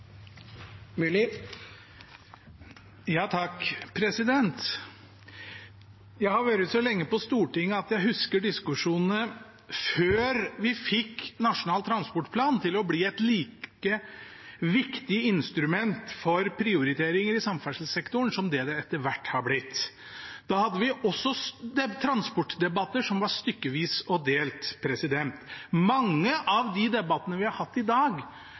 Jeg har vært så lenge på Stortinget at jeg husker diskusjonene før vi fikk Nasjonal transportplan til å bli et like viktig instrument for prioriteringer i samferdselssektoren som det det etter hvert har blitt. Da hadde vi også transportdebatter som var stykkevis og delt. Mange av de debattene vi har hatt i dag,